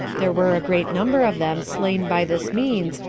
there were a great number of them slain by this means,